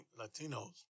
Latinos